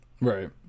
right